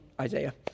Isaiah